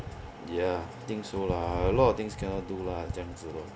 ya I think so lah a lot of things cannot do lah 这样子 lor